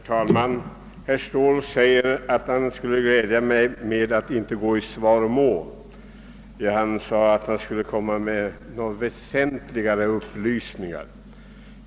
Herr talman! Herr Ståhl sade att han skulle glädja mig genom att inte gå i svaromål, och han förklarade att han skulle lämna några väsentliga upplysningar.